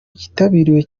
kitabiriwe